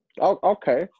Okay